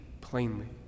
plainly